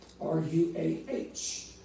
R-U-A-H